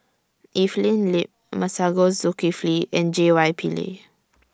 Evelyn Lip Masagos Zulkifli and J Y Pillay